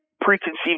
preconceived